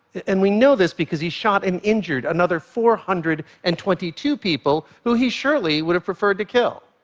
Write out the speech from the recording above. and we know this because he shot and injured another four hundred and twenty two people who he surely would have preferred to kill.